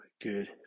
good